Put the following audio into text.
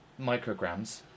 micrograms